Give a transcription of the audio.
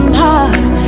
heart